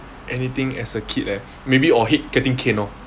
anything as a kid eh maybe orh hate getting caned lor